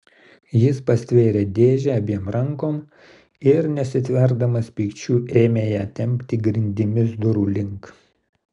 jis pastvėrė dėžę abiem rankom ir nesitverdamas pykčiu ėmė ją tempti grindimis durų link